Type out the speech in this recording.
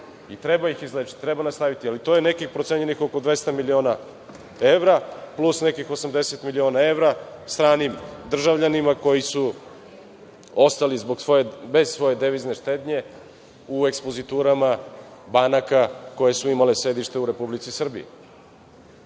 Treba ih izlečiti, treba nastaviti, ali je procenjeno oko 200 miliona evra plus nekih 80 miliona evra stranim državljanima koji su ostali bez svoje devizne štednje u ekspoziturama banaka koje su imale sedište u Republici Srbiji. Mislim